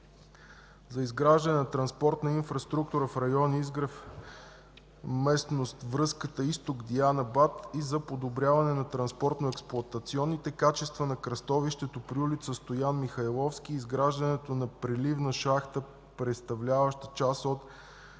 за изграждане на транспортна инфраструктура в район „Изгрев”, връзката „Изток – Дианабад” и за подобряване на транспортно-експлоатационните качества на кръстовището при улица „Стоян Михайловски” – изграждането на преливна шахта, представляваща част от